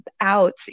out